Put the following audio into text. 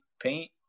paint